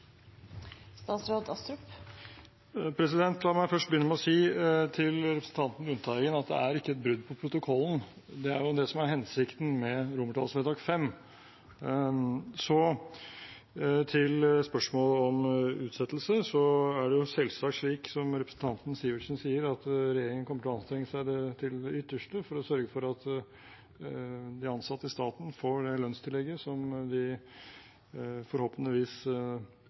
ikke et brudd på protokollen. Det er jo det som er hensikten med romertallsvedtak V. Så til spørsmålet om utsettelse: Det er selvsagt slik som representanten Sivertsen sier, at regjeringen kommer til å anstrenge seg til det ytterste for å sørge for at de ansatte i staten får det lønnstillegget som de forhåpentligvis sier ja til i morgen, og at det betales ut i år, som planlagt. Så er det slik at vi gjerne skulle ha fått behandlet saken i dag, fordi det